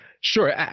Sure